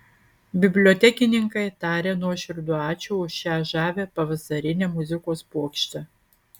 bibliotekininkai taria nuoširdų ačiū už šią žavią pavasarinę muzikos puokštę